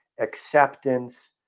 Acceptance